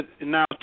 now